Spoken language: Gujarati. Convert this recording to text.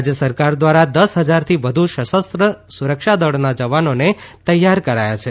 રાજ્ય સરકાર દ્વારા દસ હજારથી વધુ સશસ્ત્ર સુરક્ષા દળના જવાનોને તૈનાત કરાયા છે